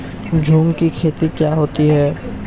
झूम की खेती कहाँ होती है?